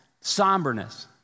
somberness